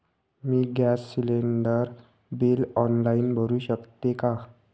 मी gas cylinder bill online भरु शकते का?